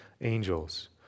angels